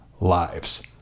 lives